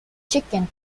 chicken